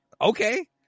Okay